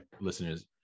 listeners